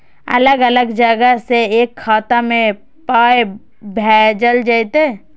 अलग अलग जगह से एक खाता मे पाय भैजल जेततै?